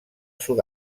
sud